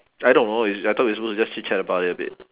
I don't know is I thought we are supposed to just chit chat about it a bit